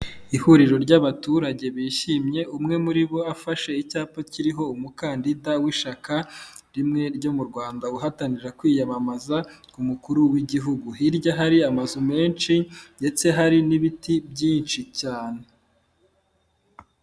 Ihuriro ry'abaturage bishimye umwe muri bo afashe icyapa kiriho umukandida w'ishyaka rimwe ryo mu Rwanda, uhatanira kwiyamamaza ku mukuru w'igihugu. Hirya hari amazu menshi ndetse hari n'ibiti byinshi cyane.